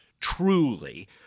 truly